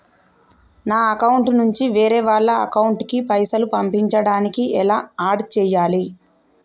నా అకౌంట్ నుంచి వేరే వాళ్ల అకౌంట్ కి పైసలు పంపించడానికి ఎలా ఆడ్ చేయాలి?